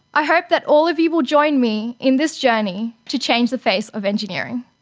i hope that all of you will join me in this journey to change the face of engineering.